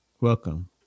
Welcome